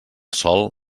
sol